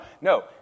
no